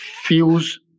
feels